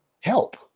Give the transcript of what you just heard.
help